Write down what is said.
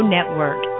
Network